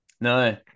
no